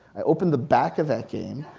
i opened the back of that game,